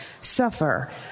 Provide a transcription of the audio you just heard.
suffer